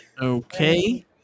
okay